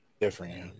Different